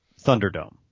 Thunderdome